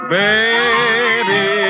baby